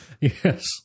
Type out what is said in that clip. Yes